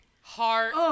heart